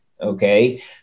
okay